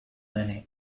many